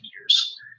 years